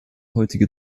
heutige